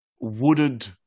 wooded